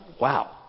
wow